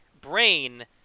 Brain